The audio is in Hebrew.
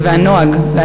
או,